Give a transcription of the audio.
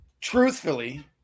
truthfully